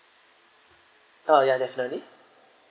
uh ya definitely